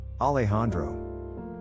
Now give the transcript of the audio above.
Alejandro